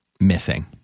missing